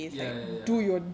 ya ya ya